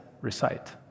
recite